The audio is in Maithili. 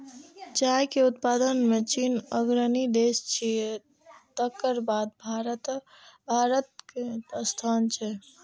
चाय के उत्पादन मे चीन अग्रणी देश छियै, तकर बाद भारतक स्थान छै